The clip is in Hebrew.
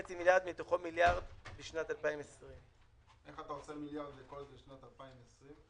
מתוכו מיליארד לשנת 2020. איך אתה עושה מיליארד לשנת 2020?